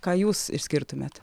ką jūs išskirtumėt